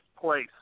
place